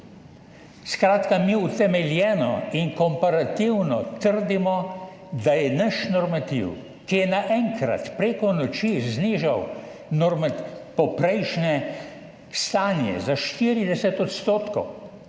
Skratka, mi utemeljeno in komparativno trdimo, da je naš normativ, ki je naenkrat prek noči znižal poprejšnje stanje za 40 odstotkov,